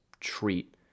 treat